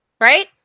Right